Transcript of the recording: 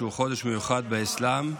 שהוא חודש מיוחד באסלאם,